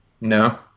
No